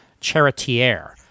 Charitier